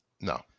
No